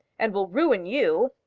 and will ruin you.